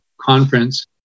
conference